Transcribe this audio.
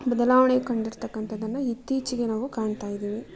ಬದಲಾವಣೆ ಕಂಡಿರತಕ್ಕಂಥದ್ದನ್ನ ಇತ್ತೀಚಿಗೆ ನಾವು ಕಾಣ್ತಾ ಇದ್ದೀವಿ